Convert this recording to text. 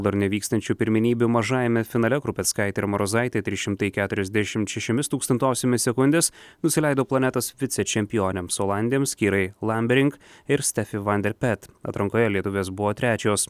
dar nevykstančių pirmenybių mažajame finale krupeckaitė ir marozaitė trys šimtai keturiasdešimt šešiomis tūkstantosiomis sekundės nusileido planetos vicečempionėms olandėms kirai lamberink ir stefi vanderpet atrankoje lietuvės buvo trečios